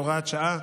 בהוראת שעה,